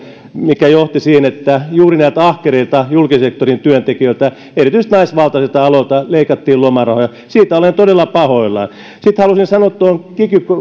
mikä johti siihen että juuri näiltä ahkerilta julkisen sektorin työntekijöiltä erityisesti naisvaltaisilta aloilta leikattiin lomarahoja siitä olen todella pahoillani sitten haluaisin sanoa tuohon kiky